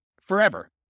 forever